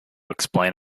explain